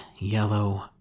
yellow